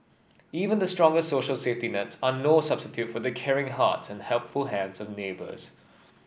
even the strongest social safety nets are no substitute for the caring hearts and helpful hands of neighbours